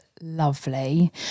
lovely